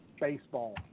baseball